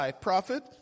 prophet